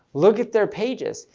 look at their pages.